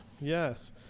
Yes